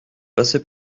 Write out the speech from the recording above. passer